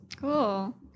Cool